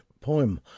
poem